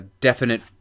definite